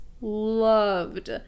loved